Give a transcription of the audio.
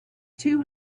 two